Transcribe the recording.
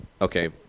okay